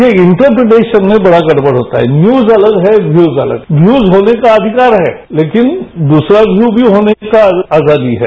ये इन्टर्प्रिटेशन में बड़ा गड़बड़ होता है न्यूज अलग है व्यूज अलग है न्यूज होने का अधिकार है लेकिन दूसरा व्यू भी होना का आजादी है